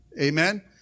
Amen